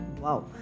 Wow